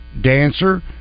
dancer